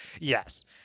Yes